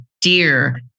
dear